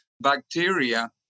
Bacteria